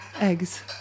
eggs